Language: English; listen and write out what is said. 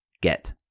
get